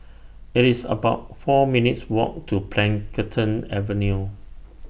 IT IS about four minutes' Walk to Plantation Avenue